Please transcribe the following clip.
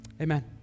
Amen